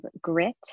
grit